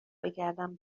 بگردم